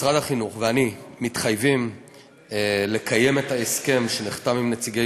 משרד החינוך ואני מתחייבים לקיים את ההסכם שנחתם עם נציגי